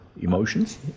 emotions